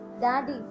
Daddy